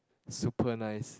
super nice